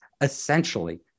essentially